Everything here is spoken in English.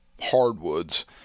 hardwoods